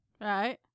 Right